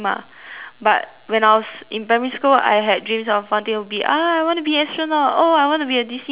but when I was in primary school I had dreams of wanting to be ah I want to be astronaut oh I want to be a D_C animator